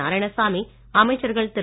நாராயணசாமி அமைச்சர்கள் திரு